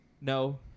No